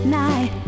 night